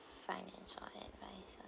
financial adviser